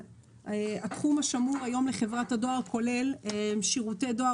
התחום השמור היום לחברת הדואר כולל שירותי דואר